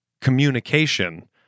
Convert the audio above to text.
communication